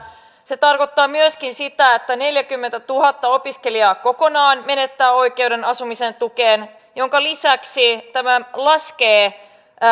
se tarkoittaa myöskin sitä että neljäkymmentätuhatta opiskelijaa kokonaan menettää oikeuden asumisen tukeen minkä lisäksi tämä laskee